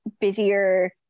busier